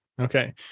okay